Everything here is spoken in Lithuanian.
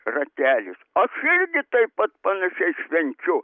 ratelis aš irgi taip pat panašiai švenčiu